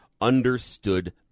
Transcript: understood